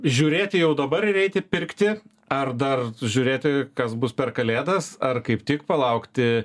žiūrėti jau dabar ir eiti pirkti ar dar žiūrėti kas bus per kalėdas ar kaip tik palaukti